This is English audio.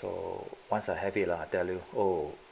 so once I have it ah tell you oh